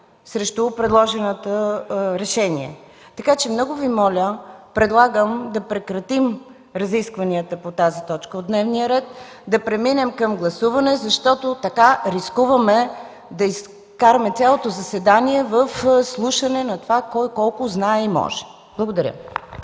срещу предложеното решение. Така че предлагам да прекратим разискванията по тази точка от дневния ред, да преминем към гласуване, защото така рискуваме да изкараме цялото заседание в слушане на това кой колко знае и може. Благодаря.